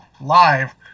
live